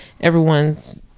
everyone's